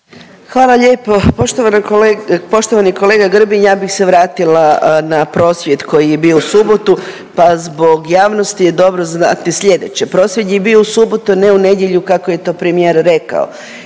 Hvala lijepo. Poštovani kolega Grbin ja bih se vratila na prosvjed koji je bio u subotu pa zbog javnosti je dobro znati slijedeće. Prosvjed je bio u subotu, a ne u nedjelju kako je to premijer rekao